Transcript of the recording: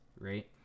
right